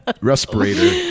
respirator